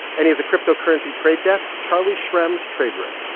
and he has a cryptocurrency trade desk, charlie shrem's trade room